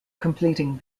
completing